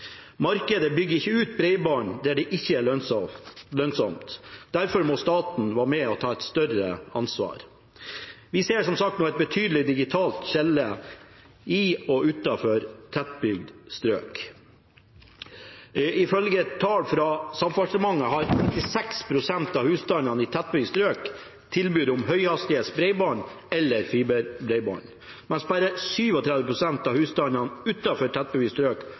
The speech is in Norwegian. Markedet bygger ikke ut bredbånd der det ikke er lønnsomt. Derfor må staten være med og ta et større ansvar. Vi ser, som sagt, et betydelig digitalt skille i og utenfor tettbygde strøk. Ifølge tall fra Samferdselsdepartementet har 96 pst. av husstandene i tettbygde strøk tilbud om høyhastighetsbredbånd eller fiberbredbånd, mens bare 37 pst. av husstandene